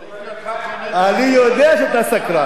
אני יודע שאתה סקרן.